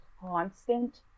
constant